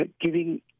giving